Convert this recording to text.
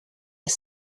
est